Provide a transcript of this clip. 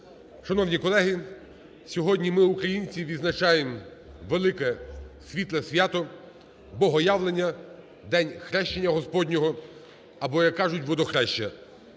Шановні колеги, сьогодні ми, українці, відзначаємо велике світле свято – Богоявлення, день Хрещення Господнього або, як кажуть, Водохреща.